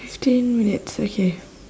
fifteen minutes okay